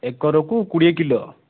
ଏକରକୁ କୋଡ଼ିଏ କିଲୋ